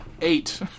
Eight